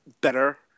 better